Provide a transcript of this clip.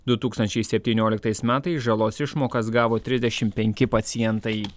du tūkstančiai septynioliktais metais žalos išmokas gavo trisdešim penki pacientai